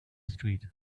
street